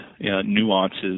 nuances